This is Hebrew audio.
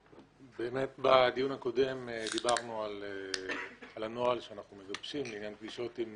באמת בדיון הקודם דיברנו על הנוהל שאנחנו מגבשים לעניין פגישות עם